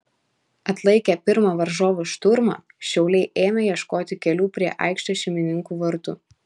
atlaikę pirmą varžovų šturmą šiauliai ėmė ieškoti kelių prie aikštės šeimininkų vartų